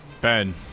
Ben